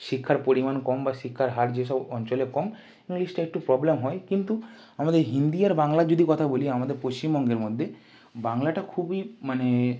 শিক্ষার পরিমাণ কম বা শিক্ষার হার যেসব অঞ্চলে কম ইংলিশটা একটু প্রবলেম হয় কিন্তু আমাদের হিন্দি আর বাংলার যদি কথা বলি আমাদের পশ্চিমবঙ্গের মধ্যে বাংলাটা খুবই মানে